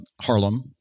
Harlem